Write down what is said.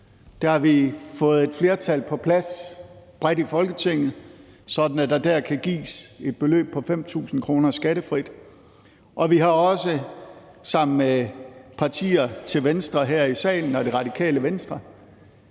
der har mindst, sådan at der dér kan gives et beløb på 5.000 kr. skattefrit. Og vi har også sammen med partier til venstre her i salen og Radikale Venstre